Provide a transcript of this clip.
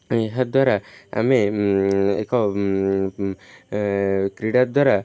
ଏହାଦ୍ୱାରା ଆମେ ଏକ କ୍ରୀଡ଼ା ଦ୍ୱାରା